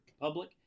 public